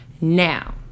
Now